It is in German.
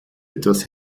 etwas